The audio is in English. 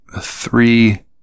three